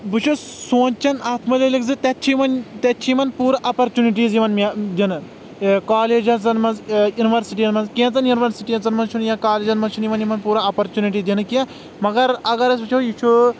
بہٕ چھُس سونٛچان اتھ مُتعلق زِ تتہِ چھِ یِوان تتہِ چھِ یِمَن پوٗرٕ اوپرچُنٹیٖز یِوان مےٚ دِنہٕ کالیجزن منٛز یونِورسٹین منٛز کینٛژن یوٗنِورسٹیزن منٛز چھُنہٕ یا کالیجن منٛز چھُنہٕ یِوان یِمَن پوٗرٕ اوپرچُنٹی دِنہٕ کینٛہہ مگر اگر أسۍ وٕچھو یہِ چھُ